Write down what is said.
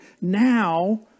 Now